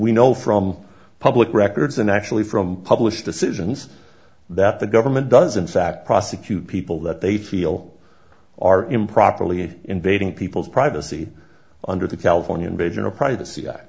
we know from public records and actually from published decisions that the government does in fact prosecute people that they feel are improperly invading people's privacy under the california invasion of privacy